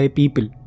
people